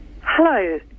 Hello